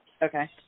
Okay